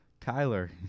Kyler